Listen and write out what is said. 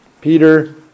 Peter